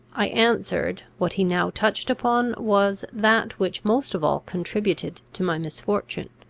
i answered, what he now touched upon was that which most of all contributed to my misfortune.